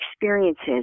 experiences